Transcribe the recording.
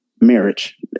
marriage